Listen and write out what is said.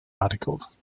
articles